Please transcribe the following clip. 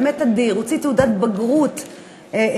באמת אדיר: הוא הוציא תעודת בגרות בהצטיינות,